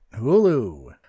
hulu